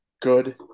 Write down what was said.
good